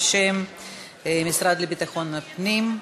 בשם המשרד לביטחון הפנים.